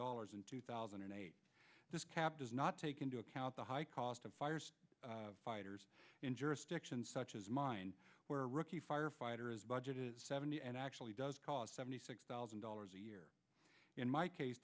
dollars in two thousand and eight this cap does not take into account the high cost of fire fighters in jurisdictions such as mine where a rookie firefighter is budgeted seventy and actually does cost seventy six thousand dollars a year in my case